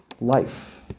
life